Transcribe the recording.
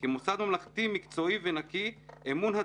היה דיון,